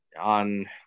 on